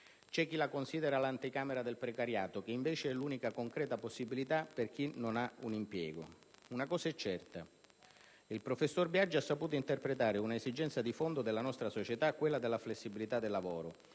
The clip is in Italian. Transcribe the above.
C'è chi la considera l'anticamera del precariato, chi invece l'unica concreta possibilità per chi non ha un impiego. Una cosa è certa: il professor Biagi ha saputo interpretare un'esigenza di fondo della nostra società, quella della flessibilità del lavoro,